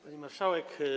Pani Marszałek!